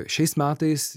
šiais metais